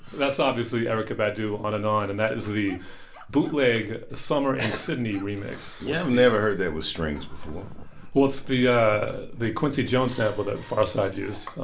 that's obviously erykah badu, on and on. and that is the bootleg summer in sydney remix yeah, i've never heard that with strings before well, it's the yeah the quincy jones sample that pharcyde used.